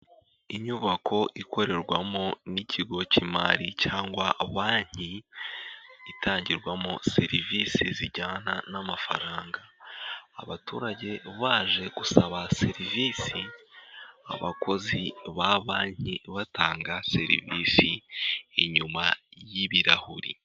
Inyubako ikorerwamo n'ikigo k'imari cyangwa banki itangirwamo serivisi zijyana n'amafaranga. Abaturage baje gusaba serivisi, abakozi ba banki batanga serivisi inyuma y ibirahuri.